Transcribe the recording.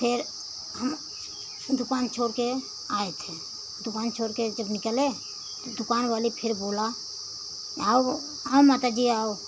फिर हम दुकान छोड़ के आए थे दुकान छोड़ के जब निकले तो दुकान वाले फिर बोला आओ आओ माता जी आओ